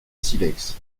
silex